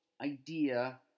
idea